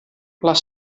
les